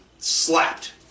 Slapped